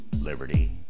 liberty